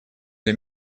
для